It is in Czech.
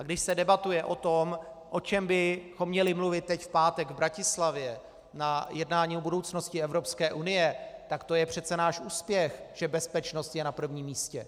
Když se debatuje o tom, o čem bychom měli mluvit teď v pátek v Bratislavě na jednání o budoucnosti Evropské unie, tak to je přece náš úspěch, že bezpečnost je na prvním místě.